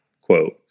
quote